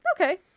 okay